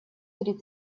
три